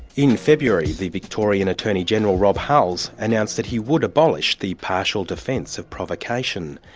in february the victorian attorney-general, rob hulls, announced that he would abolish the partial defence of provocation.